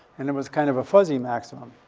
and it was kind of a fuzzy maximum.